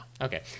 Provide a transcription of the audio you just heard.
Okay